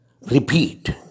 repeat